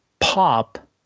pop